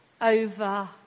Over